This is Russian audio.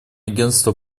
агентство